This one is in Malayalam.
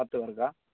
പത്ത് പേർക്ക്